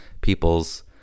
people's